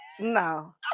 No